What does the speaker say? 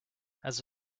has